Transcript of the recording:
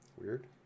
weird